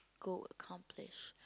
go accomplish